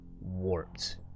warped